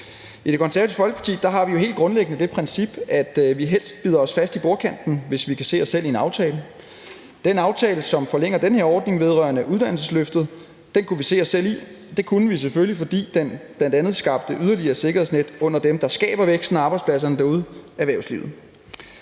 I Det Konservative Folkeparti har vi helt grundlæggende det princip, at vi helst bider os fast i bordkanten, hvis vi kan se os selv i en aftale. Den aftale, som forlænger den her ordning vedrørende uddannelsesløftet, kunne vi se os selv i, og det kunne vi selvfølgelig, fordi den bl.a. skaber yderligere sikkerhedsnet under dem, der skaber væksten på arbejdspladserne derude, nemlig erhvervslivet.